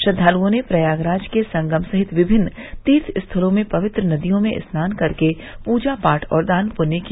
श्रद्वालुओं ने प्रयागराज के संगम सहित विभिन्न तीर्थस्थलों में पवित्र नदियों में स्नान कर के पूजा पाठ और दान पुण्य किया